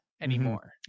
anymore